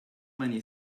many